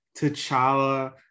T'Challa